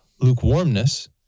lukewarmness